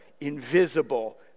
invisible